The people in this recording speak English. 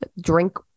drink